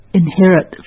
inherit